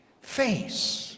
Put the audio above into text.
Face